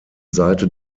seite